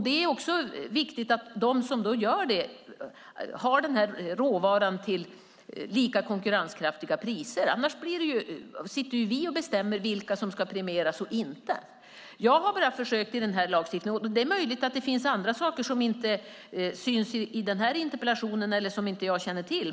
Det är viktigt att de som gör det har tillgång till råvaran till lika konkurrenskraftiga priser, för annars sitter vi och bestämmer vilka som ska premieras och inte. Det är möjligt att det finns andra saker som inte syns i den här interpellationen och som jag inte känner till.